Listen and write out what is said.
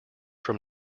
from